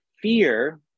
fear